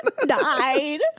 died